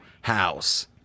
house